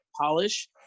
polish